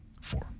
Four